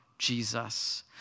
Jesus